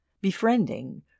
befriending